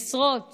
עשרות